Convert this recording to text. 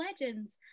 Legends